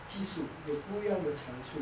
技术有不一样的惩处